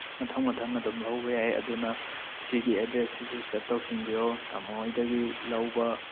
ꯃꯊꯪ ꯃꯊꯪ ꯑꯗꯨꯝ ꯂꯧꯕ ꯌꯥꯏ ꯑꯗꯨꯅ ꯁꯤꯒꯤ ꯑꯦꯗ꯭ꯔꯦꯁꯁꯤꯁꯨ ꯁꯦꯕ ꯇꯧꯁꯟꯕꯤꯌꯣ ꯇꯥꯃꯣ ꯍꯣꯏꯗꯒꯤ ꯂꯧꯕ